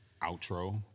outro